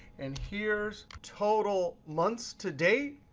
and here's total months to date,